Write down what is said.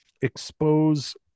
expose